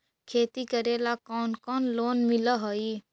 खेती करेला कौन कौन लोन मिल हइ?